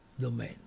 domain